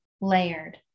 layered